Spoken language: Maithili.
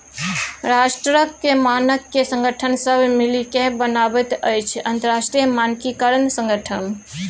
राष्ट्रक मानक संगठन सभ मिलिकए बनाबैत अछि अंतरराष्ट्रीय मानकीकरण संगठन